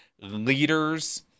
leaders